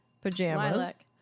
pajamas